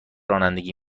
رانندگی